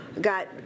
got